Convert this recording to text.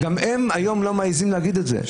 גם הם היום לא מעיזים להגיד את זה,